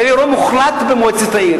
היה לי רוב מוחלט במועצת העיר.